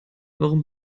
warum